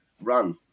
run